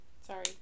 Sorry